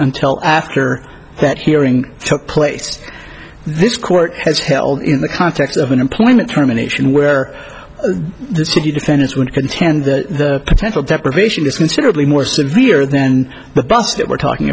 until after that hearing took place this court has held in the context of an employment terminations where the city defendants would contend that the potential deprivation is considerably more severe than the bust that we're talking